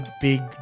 big